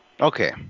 Okay